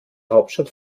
hauptstadt